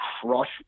crush